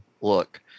look